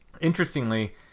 Interestingly